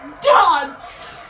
dance